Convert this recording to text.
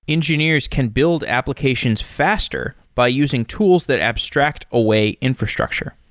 engineers can build applications faster by using tools that abstract away infrastructure.